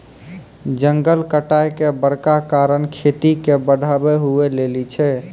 जंगल कटाय के बड़का कारण खेती के बढ़ाबै हुवै लेली छै